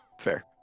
Fair